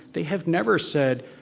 they have never said,